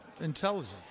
intelligence